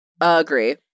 Agree